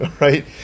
right